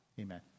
Amen